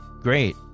great